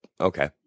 Okay